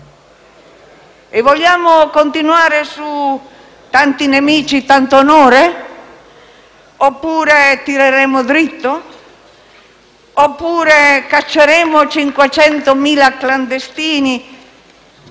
E vogliamo continuare su «Tanti nemici tanto onore» oppure «Tireremo dritto», oppure «Cacceremo 500.000 clandestini»,